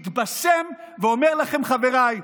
מתבשם ואומר לכם: חבריי,